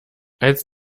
als